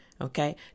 Okay